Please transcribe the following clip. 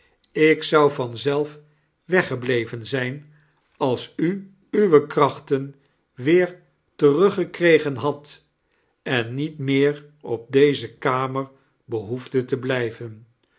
ik zou van zelf weggebleven zijn als u uwe krachten weer teruggetoregen hadt en niet meer op deze kamer behoefdet te blijven